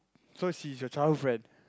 so she is your childhood friend